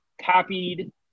copied